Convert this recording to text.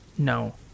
No